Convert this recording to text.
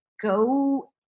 go